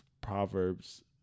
Proverbs